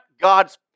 God's